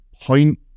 point